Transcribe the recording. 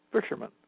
fishermen